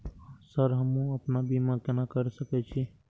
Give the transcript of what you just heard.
Sir हमू अपना बीमा केना कर सके छी?